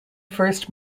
first